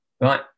Right